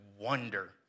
wonder